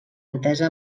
entesa